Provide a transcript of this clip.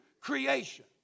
creation